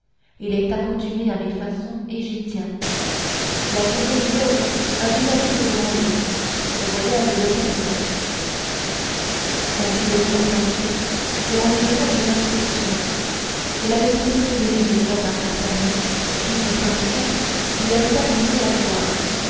il est accoutumé à mes façons et j'y tiens la journée d'hier a déjà dû l'ébranler ce voyage le perdrait on fit venir planchet et on lui donna des instructions il avait été prévenu déjà par d'artagnan qui du premier coup lui avait annoncé la gloire